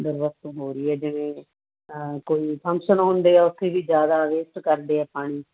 ਦੁਰਵਰਤੋਂ ਹੋ ਰਹੀ ਹੈ ਜਿਵੇਂ ਕੋਈ ਫੰਕਸ਼ਨ ਹੁੰਦੇ ਆ ਉੱਥੇ ਵੀ ਜ਼ਿਆਦਾ ਵੇਸਟ ਕਰਦੇ ਹੈ ਪਾਣੀ